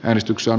äänestyksen